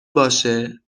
باشه